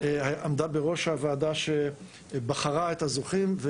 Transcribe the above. עמדה בראשה הוועדה שבחרה את הזוכים.